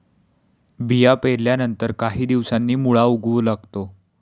बिया पेरल्यानंतर काही दिवसांनी मुळा उगवू लागतो